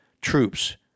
troops